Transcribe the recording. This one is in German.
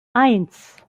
eins